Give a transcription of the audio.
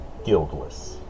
Guildless